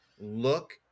look